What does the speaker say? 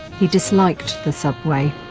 he disliked the subway,